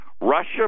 Russia